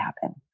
happen